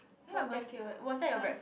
that was her